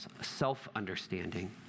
self-understanding